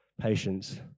patience